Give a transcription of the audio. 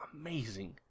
amazing